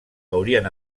haurien